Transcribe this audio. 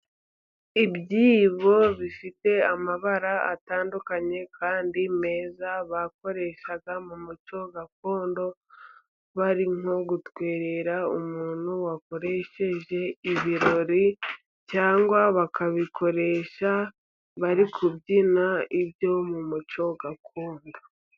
Ibyibo bifite amabara atandukanye kandi meza, bakoreshaga mu muco gakondo, bari nko gutwerera umuntu wakoresheje ibirori, cyangwa bakabikoresha bari kubyina ibyo mu muco gakondo.